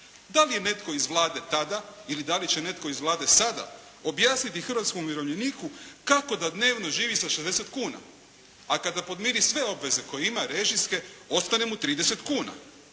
Da li je netko iz Vlade tada ili da li će netko iz Vlade sada objasniti hrvatskom umirovljeniku kako da dnevno živi sa 60 kuna. A kada podmiri sve obveze koje ima režijske, ostane mu 30 kuna,